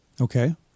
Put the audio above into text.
Okay